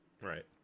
Right